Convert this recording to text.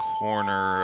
corner